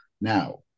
now